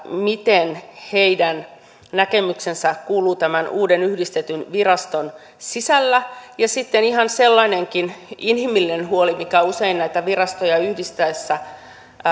miten heidän näkemyksensä kuuluu tämän uuden yhdistetyn viraston sisällä ja sitten on ihan sellainenkin inhimillinen huoli mikä usein näitä virastoja yhdistettäessä